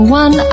one